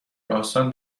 آسان